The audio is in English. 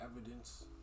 evidence